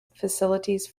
facilities